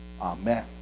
Amen